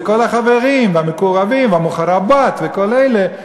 לכל החברים והמקורבים וה"מוחבראת" וכל אלה,